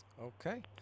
Okay